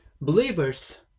believers